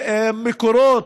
מקורות.